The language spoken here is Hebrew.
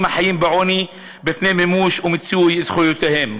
החיים בעוני בפני מימוש ומיצוי זכויותיהם.